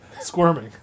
Squirming